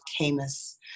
Camus